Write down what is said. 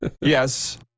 Yes